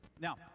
Now